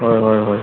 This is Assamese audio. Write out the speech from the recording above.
হয় হয় হয়